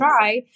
try